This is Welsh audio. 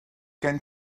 gen